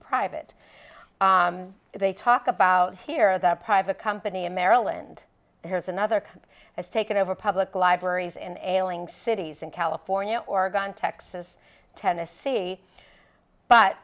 private they talk about here the private company in maryland has another has taken over public libraries in a ruling cities in california oregon texas tennessee